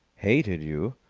hated you!